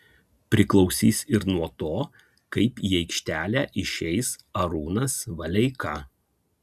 priklausys ir nuo to kaip į aikštelę išeis artūras valeika